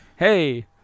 Hey